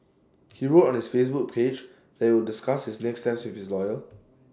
he wrote on his Facebook page that he will discuss his next steps with his lawyer